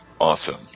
Awesome